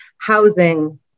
housing